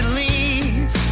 leave